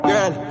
Girl